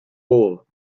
wall